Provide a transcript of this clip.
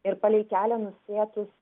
ir palei kelią nusėtus